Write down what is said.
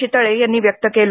चितळे यांनी व्यक्त केलं